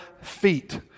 feet